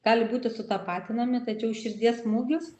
gali būti sutapatinami tačiau širdies smūgis